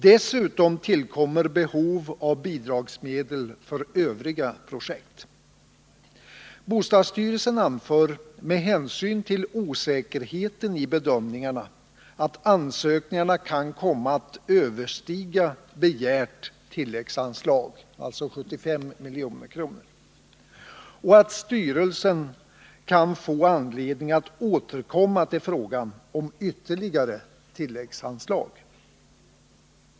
Dessutom tillkommer behov av bidragsmedel för övriga projekt. Bostadsstyrelsen anför med hänsyn till osäkerheten i bedömningarna att ansökningarna kan komma att överstiga begärt tilläggsanslag, 75 milj.kr., och att styrelsen kan få anledning att återkomma till frågan om ytterligare tilläggsanslag.